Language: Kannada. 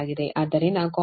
ಆದ್ದರಿಂದ cosR ವು 0